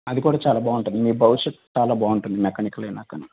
అది కూడా చాలా బాగుంటుంది మీ భవిష్యత్తు చాలా బాగుంటుంది మెకానికల్ అయిన కానీ